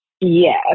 yes